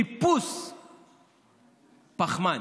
איפוס פחמן.